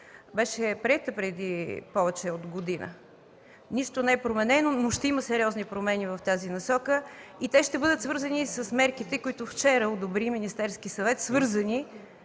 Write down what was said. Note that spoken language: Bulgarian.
приета преди повече от година. Нищо не е променено, но ще има сериозни промени в тази насока и те ще бъдат свързани с мерките, които вчера одобри Министерският съвет, свързани